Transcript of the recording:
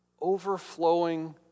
overflowing